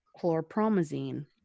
Chlorpromazine